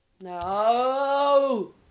No